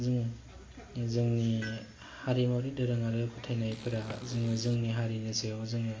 जों जोंनि हारिमुवारि दोरों आरो फोथायनायफोरा जोङो जोंनि हारिनि सायाव जोङो